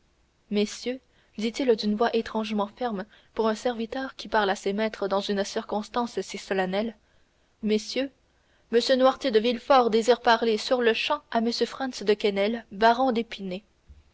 messieurs dit-il d'une voix étrangement ferme pour un serviteur qui parle à ses maîtres dans une circonstance si solennelle messieurs m noirtier de villefort désire parler sur-le-champ à m franz de quesnel baron